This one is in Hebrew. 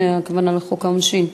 הכוונה לחוק העונשין,